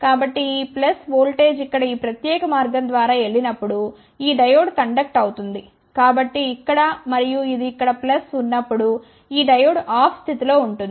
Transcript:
కాబట్టి ఈ plus voltage ఇక్కడ ఈ ప్రత్యేక మార్గం ద్వారా వెళ్ళినప్పుడు ఈ డయోడ్ కండక్ట్ అవుతుంది కాబట్టి ఇక్కడ మరియు ఇది ఇక్కడ ఉన్నప్పుడు ఈ డయోడ్ ఆఫ్ స్థితి లో ఉంటుంది